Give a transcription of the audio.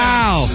Wow